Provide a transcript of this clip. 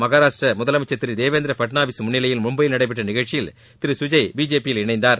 மாகாராஷ்டிரா முதலமைச்சர் திரு தேவேந்திர பட்னாவிஸ் முன்னிலையில் மும்பையில் நடைபெற்ற நிகழ்ச்சியில் திரு சுஜய் பிஜேபியில் இணைந்தார்